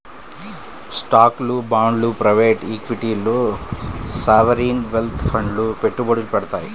స్టాక్లు, బాండ్లు ప్రైవేట్ ఈక్విటీల్లో సావరీన్ వెల్త్ ఫండ్లు పెట్టుబడులు పెడతాయి